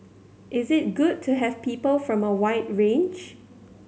is it good to have people from a wide range